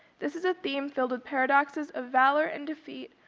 this is a theme filled with paradoxes of valor and defeat,